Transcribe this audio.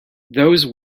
those